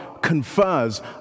confers